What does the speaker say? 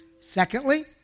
Secondly